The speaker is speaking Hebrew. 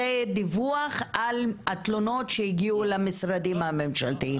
דיווח על התלונות שהגיעו למשרדים הממשלתיים.